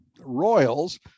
royals